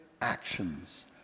actions